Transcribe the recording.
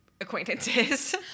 acquaintances